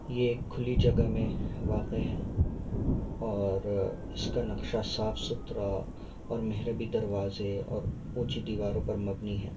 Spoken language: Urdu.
یہ ایک کھلی جگہ میں واقع ہیں اور اس کا نقشہ صاف ستھرا اور محربی دروازے اور اونچی دیواروں پر مبنی ہے